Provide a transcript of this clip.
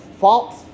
false